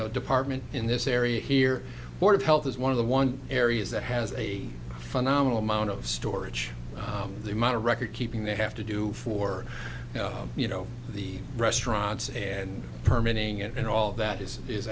know department in this area here board of health is one of the one areas that has a phenomenal amount of storage the amount of recordkeeping they have to do for you know the restaurants and terminating it and all that is is